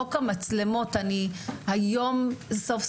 חוק המצלמות היום סוף,